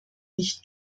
nicht